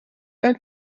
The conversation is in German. alt